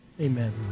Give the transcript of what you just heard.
amen